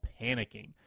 panicking